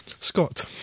Scott